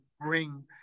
bring